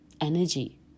energy